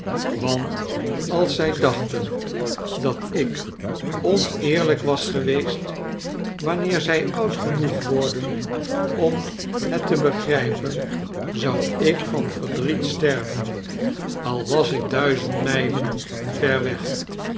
want als zij dachten dat ik oneerlijk was geweest wanneer zij oud genoeg worden om het te begrijpen zou ik van verdriet sterven al was ik duizend mijlen ver weg